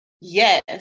Yes